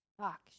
Fuck